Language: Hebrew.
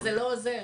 זה כבר לא עוזר.